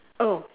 oh